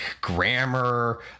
grammar